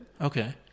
Okay